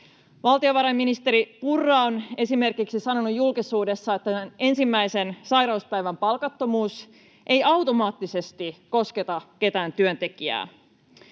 Valtiovarainministeri Purra on esimerkiksi sanonut julkisuudessa, että ensimmäisen sairauspäivän palkattomuus ei automaattisesti kosketa ketään työntekijää.